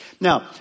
Now